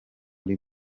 uri